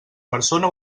persona